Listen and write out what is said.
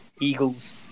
eagles